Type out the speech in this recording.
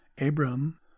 Abram